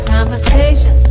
Conversation